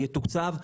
יתוקצב,